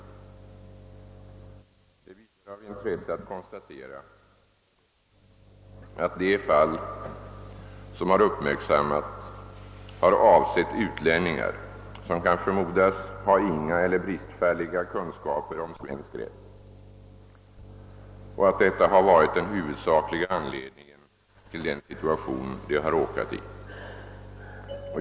Det är vidare av intresse att konstatera att de fall som uppmärksammats avsett utlänningar som kan förmodas ha inga eller bristfälliga kunskaper om svensk rätt och att detta varit den huvudsakliga anledningen till den situation de har råkat i.